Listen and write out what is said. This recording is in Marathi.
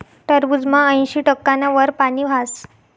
टरबूजमा ऐंशी टक्काना वर पानी हास